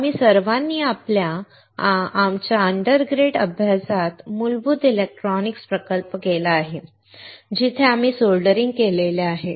आम्ही सर्वांनी आमच्या अंडरग्रेड अभ्यासात मूलभूत इलेक्ट्रॉनिक्स प्रकल्प केला आहे जिथे आम्ही सोल्डरिंग केले आहे